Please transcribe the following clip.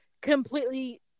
completely